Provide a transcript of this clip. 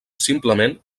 simplement